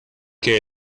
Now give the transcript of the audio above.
que